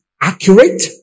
accurate